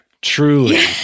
Truly